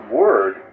word